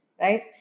right